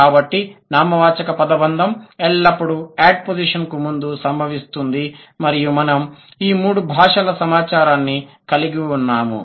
కాబట్టి నామవాచక పదబంధం ఎల్లప్పుడూ యాడ్పోస్జిషన్ కు ముందు సంభవిస్తుంది మరియు మనము ఈ మూడు భాషల సమాచారాన్ని కలిగి ఉన్నాము